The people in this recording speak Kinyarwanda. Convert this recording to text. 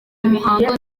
umuhango